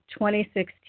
2016